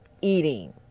eating